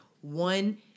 one